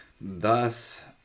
thus